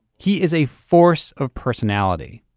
he is a force of personality.